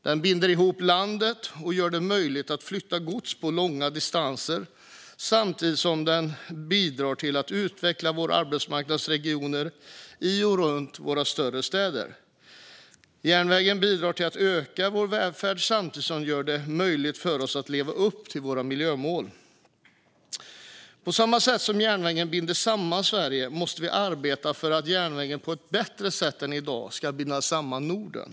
Den binder ihop landet och gör det möjligt att flytta gods på långa distanser samtidigt som den bidrar till att utveckla våra arbetsmarknadsregioner i och runt våra större städer. Järnvägen bidrar till att öka vår välfärd samtidigt som den gör det möjligt för oss att nå våra miljömål. Järnvägen binder samman Sverige. Vi måste arbeta för att järnvägen på ett bättre sätt än i dag också ska binda samman Norden.